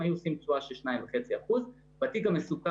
הם היו עושים תשואה של 2.5%. בתיק המסוכן